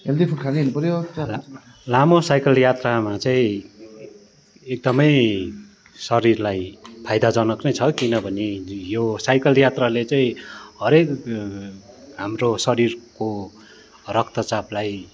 लामो साइकल यात्रामा चाहिँ एकदमै शरीरलाई फाइदाजनक नै छ किनभने यो साइकल यात्राले चाहिँ हरेक हाम्रो शरीरको रक्तचापलाई